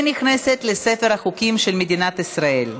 ונכנסת לספר החוקים של מדינת ישראל.